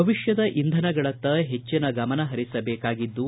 ಭವಿಷ್ಣದ ಇಂಧನಗಳತ್ತ ಹೆಚ್ಚನ ಗಮನ ಹರಿಸಬೇಕಾಗಿದ್ದು